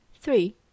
Three